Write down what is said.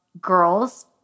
girls